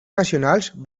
nacionals